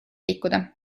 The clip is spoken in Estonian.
liikuda